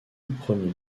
premier